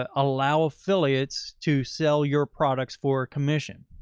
ah allow affiliates to sell your products for commission.